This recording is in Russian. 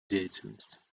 деятельность